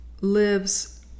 lives